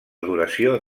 duració